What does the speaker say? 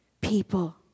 people